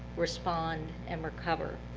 respond and recover.